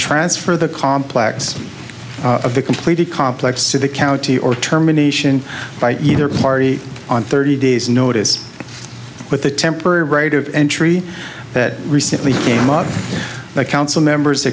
transfer the complex of the completed complex to the county or terminations by either party on thirty days notice with the temporary right of entry that recently came out of the council members